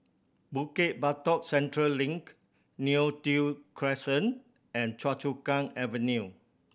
Bukit Batok Central Link Neo Tiew Crescent and Choa Chu Kang Avenue